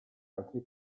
altri